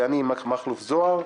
ואני מיקי מכלוף זוהר,